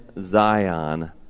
Zion